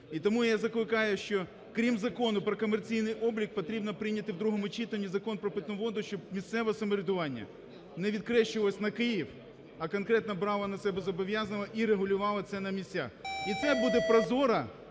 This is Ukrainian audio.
І тому я закликаю, що, крім Закону про комерційний облік, потрібно прийняти в другому читанні Закон про питну воду, щоб місцеве самоврядування не відхрещувалось на Київ, а конкретно брало на себе зобов’язання і регулювало це на місцях. І це буде прозоро